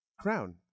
Crown